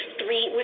three –